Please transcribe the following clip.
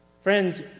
Friends